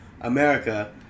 America